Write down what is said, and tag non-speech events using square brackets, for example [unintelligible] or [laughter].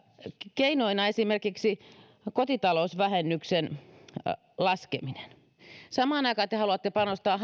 keinoina esimerkiksi kotitalousvähennyksen laskeminen samaan aikaan te haluatte panostaa [unintelligible]